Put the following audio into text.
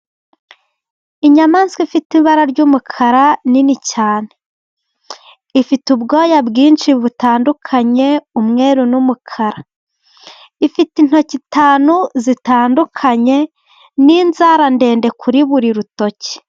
Inyamaswa ifite ibara ry'umukara nini cyane. Ifite ubwoya bwinshi butandukanye, umweru n'umukara. Ifite intoki eshanu zitandukanye n'inzara ndende kuri buri rutoki.